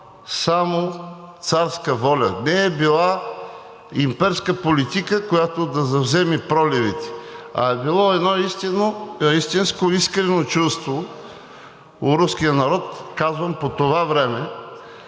само царска воля, не е била имперска политика, която да завземе проливите, а е било едно истинско, искрено чувство у руския народ – казвам по това време,